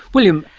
william,